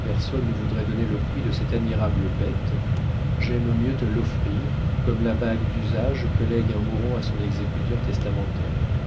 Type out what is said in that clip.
personne ne voudrait donner le prix de cette admirable bête j'aime mieux te l'offrir comme la bague d'usage que lègue un mourant à son exécuteur testamentaire